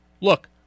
look